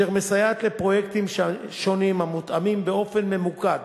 אשר מסייעת לפרויקטים שונים המותאמים באופן ממוקד